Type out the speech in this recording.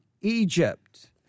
Egypt